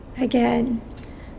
Again